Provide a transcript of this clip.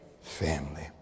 family